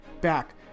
back